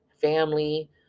family